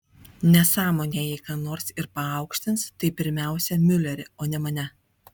nesąmonė jei ką nors ir paaukštins tai pirmiausia miulerį o ne mane